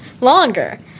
longer